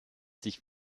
sich